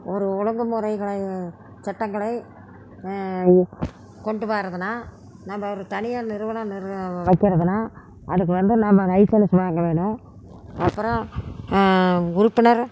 ஒரு ஒழுங்குமுறைகளை சட்டங்களை கொண்டு வரதுனா நம்ம ஒரு தனியார் நிறுவனம் வைக்கிறதுனா அதுக்கு வந்து நம்ம லைசன்ஸ் வாங்க வேணும் அப்புறம் உறுப்பினர்